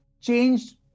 changed